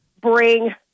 bring